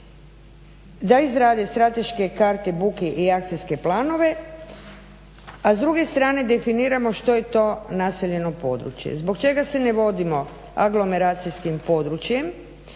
da izrade strateške karte buke i akcijske planove, a s druge strane definiramo što je to naseljeno područje. Zbog čega se ne vodimo aglomeracijskim područjem